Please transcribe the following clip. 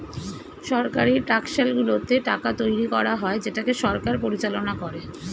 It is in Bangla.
সরকারি টাকশালগুলোতে টাকা তৈরী করা হয় যেটাকে সরকার পরিচালনা করে